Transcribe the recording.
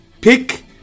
Pick